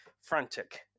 frantic